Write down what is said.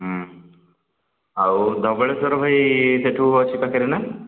ଆଉ ଧବଳେଶ୍ୱର ଭାଇ ସେଠୁ ଅଛି ପାଖରେ ନା